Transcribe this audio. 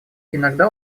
иногда